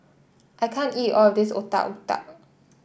I can't eat all of this Otak Otak